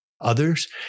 others